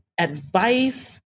advice